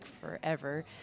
forever